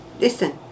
listen